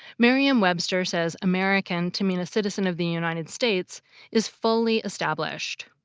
merriam-webster says american to mean a citizen of the united states is fully established.